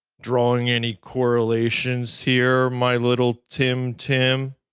drawing any correlations here, my little tim tim?